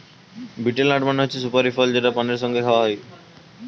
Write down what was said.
betel nut মানে হচ্ছে সুপারি ফল যেটা পানের সঙ্গে খাওয়া হয়